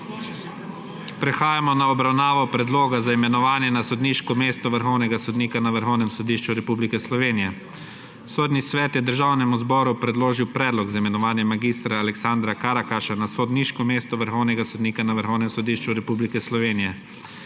Prehajamo na obravnavo Predloga za imenovanje na sodniško mesto vrhovnega sodnika na Vrhovnem sodišču Republike Slovenije. Sodni svet je državnemu zboru predložil predlog za imenovanje mag. Aleksandra Karakaša na sodniško mesto vrhovnega sodnika na Vrhovnem sodišču Republike Slovenije.